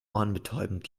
ohrenbetäubend